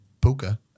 Puka